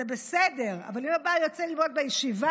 זה בסדר, אבל אם הבעל יוצא ללמוד בישיבה,